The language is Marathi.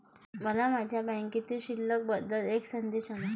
मला माझ्या बँकेतील शिल्लक बद्दल एक संदेश आला